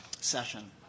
session